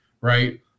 right